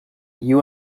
you